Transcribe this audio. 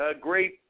great